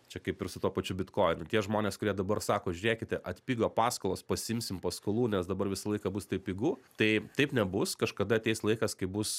čia kaip ir su tuo pačiu bitkoinu tie žmonės kurie dabar sako žiūrėkite atpigo paskolos pasiimsim paskolų nes dabar visą laiką bus taip pigu tai taip nebus kažkada ateis laikas kai bus